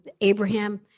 Abraham